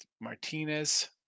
Martinez